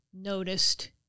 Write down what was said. noticed